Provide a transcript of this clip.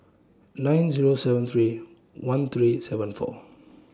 nine Zero seven three one three seven four